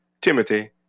Timothy